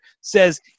says